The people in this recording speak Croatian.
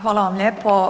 Hvala vam lijepo.